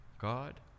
God